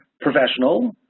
professional